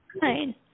fine